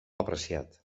apreciat